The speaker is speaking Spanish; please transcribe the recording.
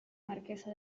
marquesa